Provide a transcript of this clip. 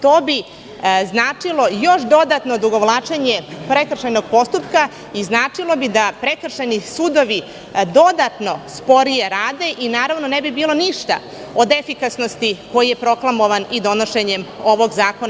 To bi značilo još dodatno odugovlačenje prekršajnog postupka i značilo bi da prekršajni sudovi sporije rade i ne bi bilo ništa od efikasnosti koja je proklamovana donošenjem ovog zakona.